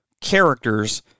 characters